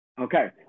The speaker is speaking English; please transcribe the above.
Okay